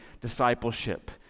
Discipleship